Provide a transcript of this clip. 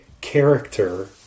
character